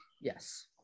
Yes